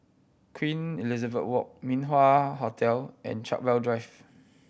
Queen Elizabeth Walk Min Wah Hotel and Chartwell Drive